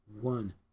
one